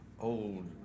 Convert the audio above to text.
old